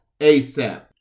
ASAP